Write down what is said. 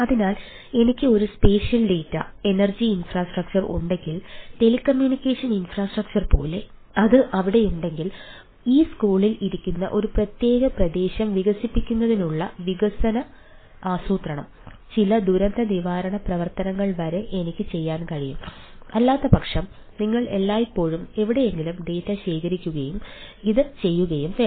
അതിനാൽ എനിക്ക് ഒരു സ്പേഷ്യൽ ഡാറ്റ ശേഖരിക്കുകയും ഇത് ചെയ്യുകയും വേണം